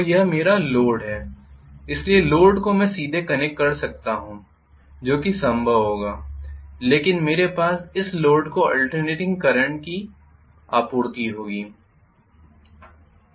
तो यह मेरा लोड है इसलिए लोड को मैं सीधे कनेक्ट कर सकता हूं जो कि संभव होगा लेकिन मेरे पास इस लोड को आल्टर्नेटिंग करंट की आपूर्ति होगी